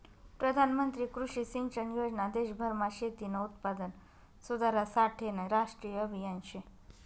प्रधानमंत्री कृषी सिंचन योजना देशभरमा शेतीनं उत्पादन सुधारासाठेनं राष्ट्रीय आभियान शे